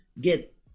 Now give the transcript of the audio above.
get